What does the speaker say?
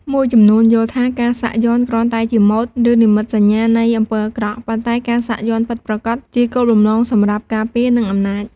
មួយចំនួនយល់ថាការសាក់យ័ន្តគ្រាន់តែជាម៉ូដ ឬនិមិត្តសញ្ញានៃអំពើអាក្រក់ ប៉ុន្តែការសាក់យ័ន្តពិតប្រាកដជាគោលបំណងសម្រាប់ ការពារ និងអំណាច។